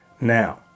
Now